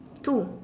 two